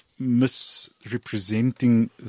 misrepresenting